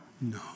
No